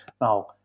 now